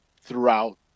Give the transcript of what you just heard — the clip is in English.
throughout